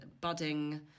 budding